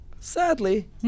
Sadly